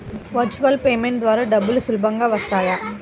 Virtual payment ద్వారా డబ్బులు సులభంగా వస్తాయా?